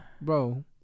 bro